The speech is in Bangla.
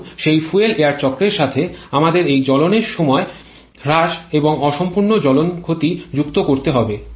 এখন সেই ফুয়েল এয়ার চক্রের সাথে আমাদের এই জ্বলনের সময় হ্রাস এবং অসম্পূর্ণ জ্বলন ক্ষতি যুক্ত করতে হবে